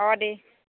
अ' दे